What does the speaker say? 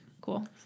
Cool